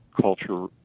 culture